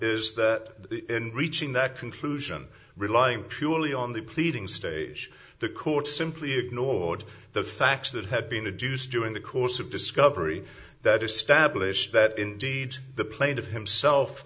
is that in reaching that conclusion relying purely on the pleading stage the court simply ignored the facts that had been reduced during the course of discovery that established that indeed the plaintiff himself